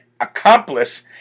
accomplice